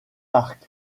parc